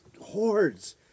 hordes